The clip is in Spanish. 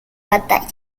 batalla